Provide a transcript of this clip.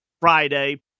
Friday